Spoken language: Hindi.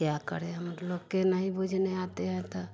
क्या करें हम लोग के नहीं बूझने आते हैं त